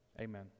amen